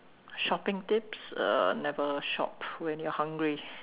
shopping tips uh never shop when you're hungry